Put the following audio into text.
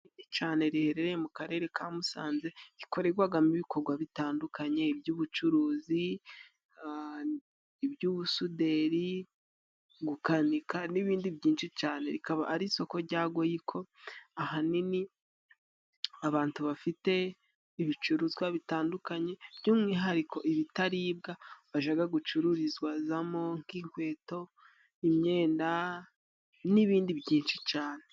Cane riherereye mu karere ka Musanze rikorerwagamo ibikogwa bitandukanye iby'ubucuruzi, iby'ubusuderi, gukanika n'ibindi byinshi cane rikaba ari isoko rya goyiko ahanini abantu bafite ibicuruzwa bitandukanye by'umwihariko ibitaribwa bajaga gucururizwamo nk'inkweto, imyenda n'ibindi byinshi cane.